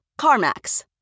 CarMax